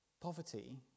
poverty